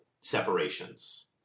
separations